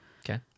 Okay